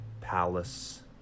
palace